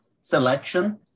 selection